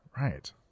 Right